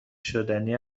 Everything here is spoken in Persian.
شدنی